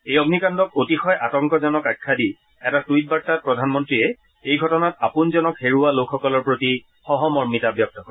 এই অগ্নিকাণ্ডক অতিশয় আতংকজনক আখ্যা দি এটা টুইট বাৰ্তাত প্ৰধানমন্ত্ৰীয়ে এই ঘটনাত আপোনজনক হেৰুওৱা লোকসকলৰ প্ৰতি সহমৰ্মিতা ব্যক্ত কৰে